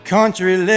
Country